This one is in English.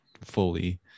fully